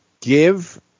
give –